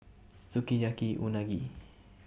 Sukiyaki Unagi